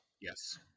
yes